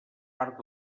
part